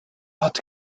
ort